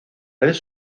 redes